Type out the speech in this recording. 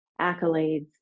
accolades